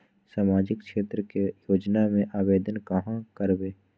सामाजिक क्षेत्र के योजना में आवेदन कहाँ करवे?